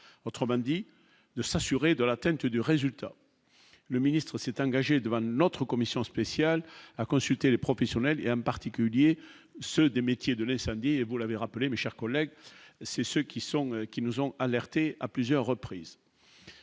autrement dit de s'assurer, dans l'attente du résultat, le ministre c'est un engagé devant notre commission spéciale à consulter les professionnels et en particulier ceux des métiers, samedi, vous l'avez rappelé mes chers collègues, c'est ce qui sont, qui nous ont alerté à plusieurs reprises,